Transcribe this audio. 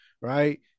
right